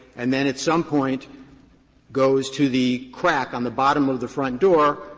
and then at some point goes to the crack on the bottom of the front door,